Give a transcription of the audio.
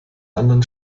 anderen